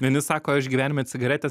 vieni sako aš gyvenime cigaretės